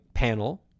panel